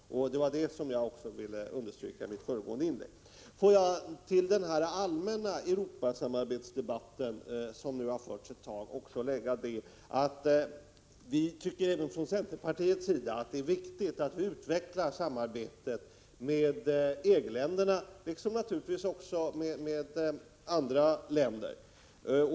Det var detta jag ville understryka i mitt föregående inlägg. Får jag sedan till den allmänna Europasamarbetsdebatt som nu har förts lägga att även vi från centerpartiet tycker det är viktigt att utveckla samarbetet med EG-länderna liksom naturligtvis också med andra länder.